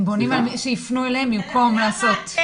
הם בונים על כך שיפנו אליהם במקום לעשות.